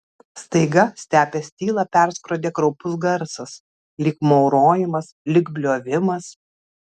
staiga stepės tylą perskrodė kraupus garsas lyg maurojimas lyg bliovimas